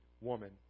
woman